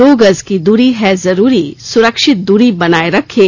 दो गज की दूरी है जरूरी सुरक्षित दूरी बनाए रखें